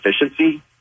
efficiency